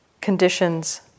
conditions